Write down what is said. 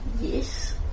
Yes